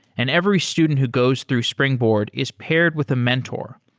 and every student who goes through springboard is paired with a mentor,